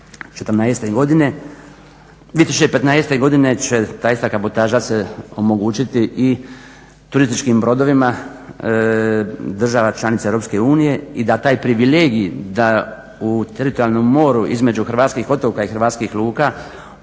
1.siječnja 2015.godine će ta ista kabotaža se omogućiti i turističkim brodovima država članica EU i da taj privilegij u teritorijalnom moru između hrvatskih otoka i hrvatskih luka